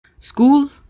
School